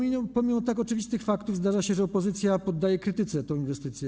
I pomimo tak oczywistych faktów zdarza się, że opozycja poddaje krytyce tę inwestycję.